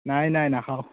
নাই নাই নাখাওঁ